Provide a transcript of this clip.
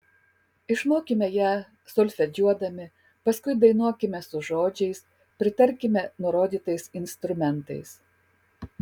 išmokime ją solfedžiuodami paskui dainuokime su žodžiais pritarkime nurodytais instrumentais